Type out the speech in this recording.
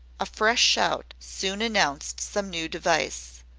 a fresh shout soon announced some new device.